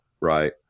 right